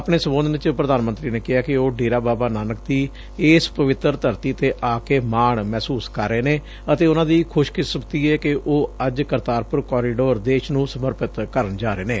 ਆਪਣੇ ਸੰਬੋਧਨ ਚ ਪ੍ਧਾਨ ਮੰਤਰੀ ਨੇ ਕਿਹਾ ਕਿ ਉਹ ਡੇਰਾ ਬਾਬਾ ਨਾਨਕ ਦੀ ਇਸ ਪਵਿੱਤਰ ਧਰਤੀ ਤੇ ਆ ਕੇ ਮਾਣ ਮਹਿਸੁਸ ਕਰ ਰਹੇ ਨੇ ਅਤੇ ਉਨਾਂ ਦੀ ਖੁਸ਼ਕਿਸਮਤੀ ਏ ਕਿ ਉਹ ਅੱਜ ਕਰਤਾਰਪੁਰ ਕਾਰੀਡੋਰ ਦੇਸ਼ ਨੂੰ ਸਮਰਪਿਤ ਕਰਨ ਜਾ ਰਹੇ ਨੇ